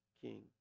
king